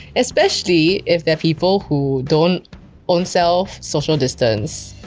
especially if there are people who don't own self social distance